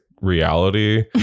reality